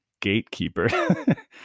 gatekeeper